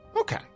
Okay